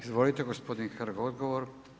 Izvolite gospodin Hrg, odgovor.